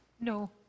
No